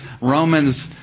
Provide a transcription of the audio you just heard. Romans